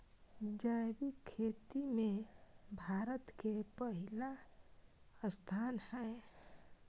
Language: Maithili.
जैविक खेती में भारत के पहिला स्थान हय